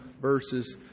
verses